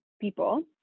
people